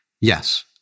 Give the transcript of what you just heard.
Yes